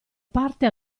parte